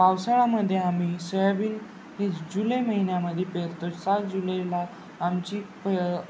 पावसाळ्यामध्ये आम्ही सोयाबीन ही जुलै महिन्यामध्ये पेरतो सात जुलैला आमची प